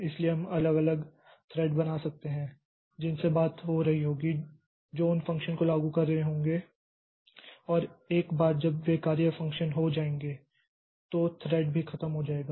इसलिए हम अलग अलग थ्रेड बना सकते हैं जिनसे बात हो रही होगी जो उन फ़ंक्शन को लागू कर रहे होंगे और एक बार जब वे कार्य फ़ंक्शन हो जाएंगे तो थ्रेड भी खत्म हो जाएगा